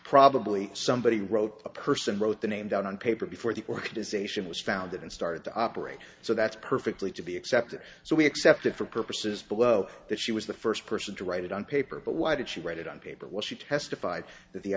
probably somebody wrote a person wrote the name down on paper before the organization was founded and started to operate so that's perfectly to be accepted so we accept it for purposes below that she was the first person to write it on paper but why did she write it on paper when she testified that the